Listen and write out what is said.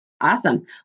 Awesome